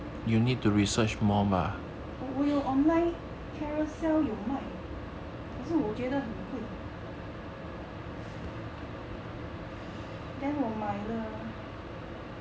我有 online carousell 有卖可是我觉得很贵 then 我买了